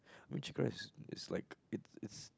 I mean chicken rice it's like it's it's